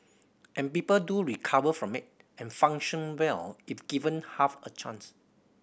and people do recover from it and function well if given half a chance